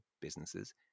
businesses